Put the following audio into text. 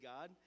God